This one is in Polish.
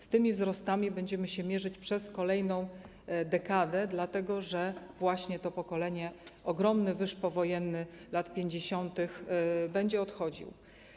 Z tymi wzrostami będziemy się mierzyć przez kolejną dekadę, dlatego że właśnie to pokolenie ogromnego wyżu powojennego lat 50. będzie odchodziło.